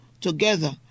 together